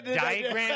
diagram